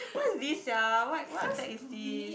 what is this sia what what deck is this